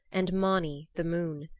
and mani, the moon.